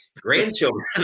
grandchildren